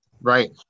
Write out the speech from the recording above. Right